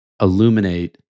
illuminate